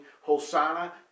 Hosanna